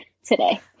today